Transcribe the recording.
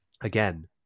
again